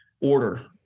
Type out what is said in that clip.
order